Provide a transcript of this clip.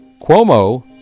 Cuomo